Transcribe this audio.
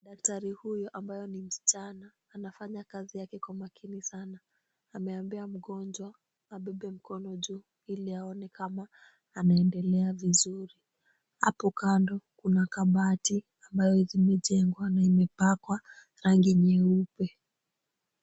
Daktari huyu ambaye ni msichana anafanya kazi yake kwa makini sana. Ameambia mgonjwa abebe mkono juu ili aone kama anaendelea vizuri. Hapo kando kuna kabati ambayo zimejengwa na imepakwa rangi nyeupe.